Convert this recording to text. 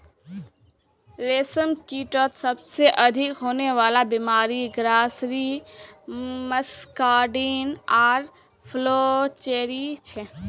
रेशमकीटत सबसे अधिक होने वला बीमारि ग्रासरी मस्कार्डिन आर फ्लैचेरी छे